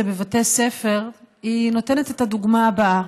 בבתי ספר היא נותנת את הדוגמה הבאה.